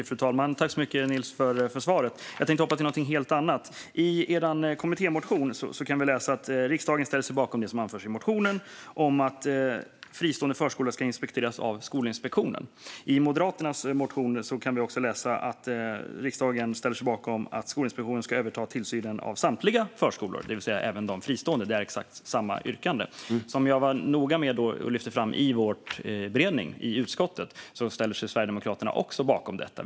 Fru talman! Tack så mycket, Niels, för svaret! Jag tänkte hoppa till något helt annat. I er kommittémotion kan vi läsa att riksdagen föreslås ställa sig bakom det som anförs i motionen om att fristående förskolor ska inspekteras av Skolinspektionen. I Moderaternas motion kan vi läsa att riksdagen föreslås ställa sig bakom att Skolinspektionen ska överta tillsynen av samtliga förskolor, det vill säga även de fristående. Det är exakt samma yrkande. Som jag var noga med att lyfta fram under vår beredning i utskottet ställer sig Sverigedemokraterna också bakom detta.